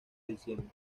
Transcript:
diciembre